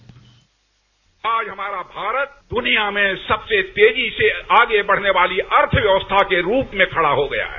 bite आज हमारा भारत दुनिया में सबसे तेजी से आगे बढ़ने वाली अर्थव्यवस्था के रूप में खड़ा हो गया है